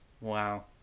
wow